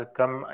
come